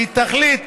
והיא תחליט,